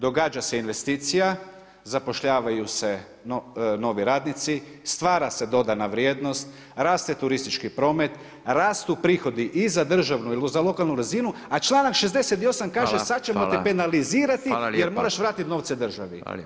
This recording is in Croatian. Događa se investicija, zapošljavaju se novi radnici, stvara se dodana vrijednost, raste turistički promet, rastu prihodi ili za državnu ili za lokalnu razinu, a članak 68. kaže sad ćemo te penalizirati jer moraš vratiti novce državi.